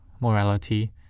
morality